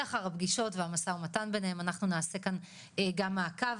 לאחר הפגישות והמשא ומתן ביניהם אנחנו נעשה כאן גם מעקב,